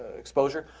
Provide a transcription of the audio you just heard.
exposure?